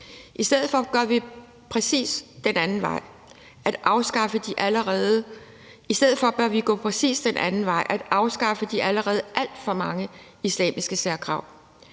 I stedet for bør vi gå præcis den anden vej og afskaffe de allerede alt for mange islamiske særkrav.